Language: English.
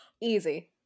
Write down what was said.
Easy